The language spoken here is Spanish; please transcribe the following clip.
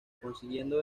consiguiendo